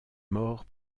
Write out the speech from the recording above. mort